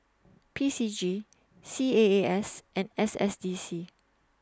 P C G C A A S and S S D C